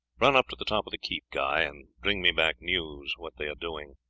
run up to the top of the keep, guy, and bring me back news what they are doing.